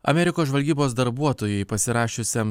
amerikos žvalgybos darbuotojui pasirašiusiam